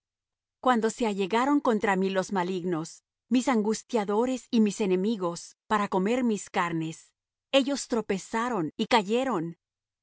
cuando se allegaron contra mí los malignos mis angustiadores y mis enemigos para comer mis carnes ellos tropezaron y cayeron